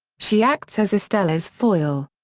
she acts as estella's foil.